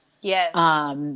Yes